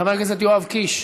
חבר הכנסת יואב קיש,